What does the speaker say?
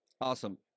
awesome